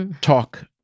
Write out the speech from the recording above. talk